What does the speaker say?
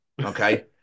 okay